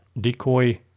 decoy